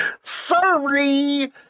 Sorry